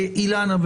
אילנה,